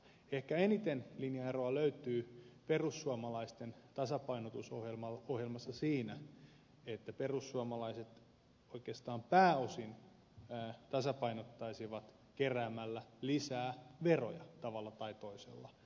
ehkä eniten linjaeroa löytyy perussuomalaisten tasapainotusohjelmassa siinä että perussuomalaiset oikeastaan pääosin tasapainottaisivat keräämällä lisää veroja tavalla tai toisella